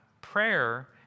prayer